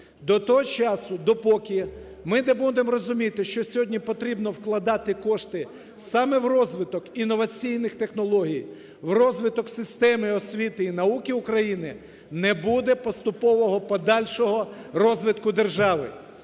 До того часу, допоки ми не будемо розуміти, що сьогодні потрібно вкладати кошти саме в розвиток інноваційних технологій, в розвиток системи освіти і науки України, не буде поступового подальшого розвитку держави.